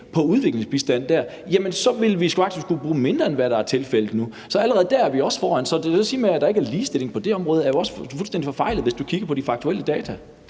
på udviklingsbistand, så skulle vi faktisk bruge mindre, end hvad der er tilfældet nu. Så allerede der er vi også foran. Så at sige, at der ikke er ligestilling på det område, er jo fuldstændig forfejlet, hvis man kigger på de faktuelle data.